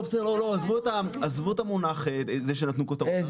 עזבו את המונח שנתנו כותרות.